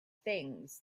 things